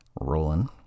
rolling